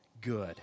good